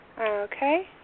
Okay